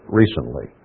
recently